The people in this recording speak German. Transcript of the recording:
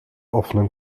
offenen